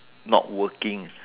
not working